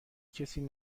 کسی